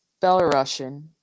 Belarusian